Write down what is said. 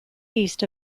east